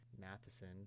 Matheson